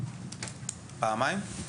פעמיים?